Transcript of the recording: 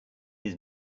his